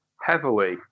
heavily